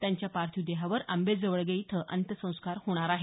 त्यांच्या पार्थिव देहावर आंबेजवळगे इथं अंत्यसंस्कार होणार आहेत